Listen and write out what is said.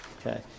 Okay